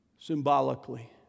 Symbolically